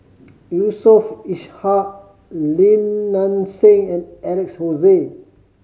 Yusof Ishak Lim Nang Seng and Alex Josey